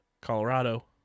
Colorado